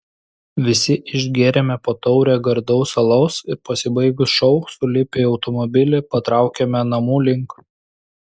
visi išgėrėme po taurę gardaus alaus ir pasibaigus šou sulipę į automobilį patraukėme namų link